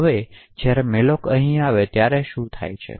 હવે જ્યારે malloc થાય ત્યારે શું થઈ શકે છે